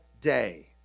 day